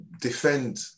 defend